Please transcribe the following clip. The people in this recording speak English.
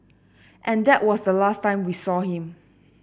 and that was the last time we saw him